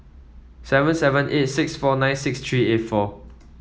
seven seven eight six four nine six three eight four